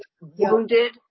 wounded